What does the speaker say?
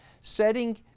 Setting